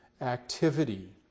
activity